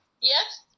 yes